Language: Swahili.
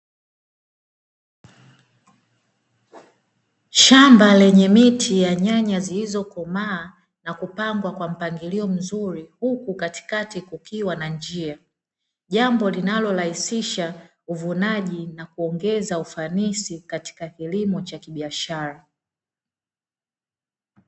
Shamba lenye miti ya nyanya ziliyo komaa na kupangwa kwa mpangilio mzuri huku katikati kukiwa na njia, jambo linalo rahisisha uvunaji na kuongeza ufanisi katika kilimo cha kibiashara.